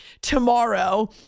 tomorrow